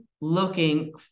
looking